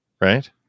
right